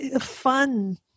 fun